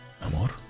amor